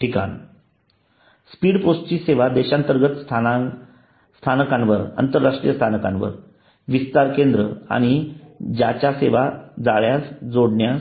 ठिकाण speed post ची सेवा देशांतर्गत स्थानकांवर आंतरराष्ट्रीय स्थानकांवर विस्तार केंद्रे आणि त्याच्या सेवा जाळ्यास जोडणाऱ्या